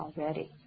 already